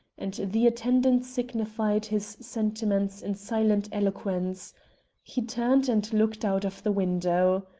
and the attendant signified his sentiments in silent eloquence he turned and looked out of the window.